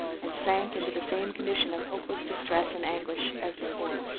and sank into the same condition of hopeless distress and anguish as before.